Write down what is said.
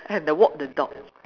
and the walk the dog